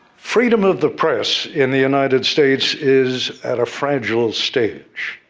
freedom of the press, in the united states, is at a fragile stage,